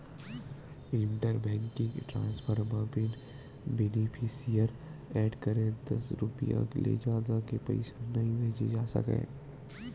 inter banking transfer म बिन beneficiary add करे दस रूपिया ले जादा के पइसा नइ भेजे जा सकय